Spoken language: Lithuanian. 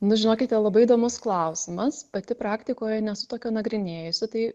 nu žinokite labai įdomus klausimas pati praktikoje nesu tokio nagrinėjusi tai